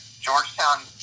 Georgetown